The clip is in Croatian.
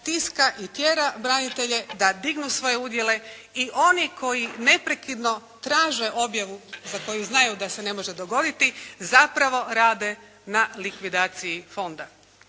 tiska i tjera branitelje da dignu svoje udjele i oni koji neprekidno traže objavu za koju znaju da se ne može dogoditi zapravo rade na likvidaciji fonda,